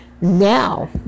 now